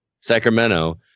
Sacramento